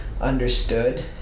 understood